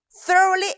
thoroughly